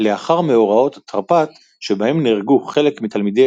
לאחר מאורעות תרפ"ט שבהם נהרגו חלק מתלמידי